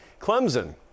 Clemson